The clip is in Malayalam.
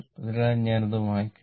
അതിനാൽ ഞാൻ അത് മായ്ക്കട്ടെ